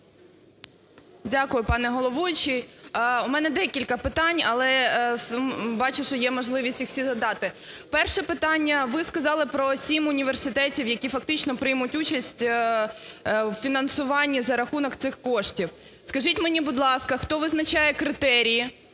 Дякую, пане головуючий. У мене декілька питань. Але бачу, що є можливість їх всі задати. Перше питання. Ви сказали про 7 університетів, які фактично приймуть участь у фінансуванні за рахунок цих коштів. Скажіть мені, будь ласка, хто визначає критерії,